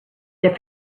their